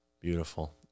Beautiful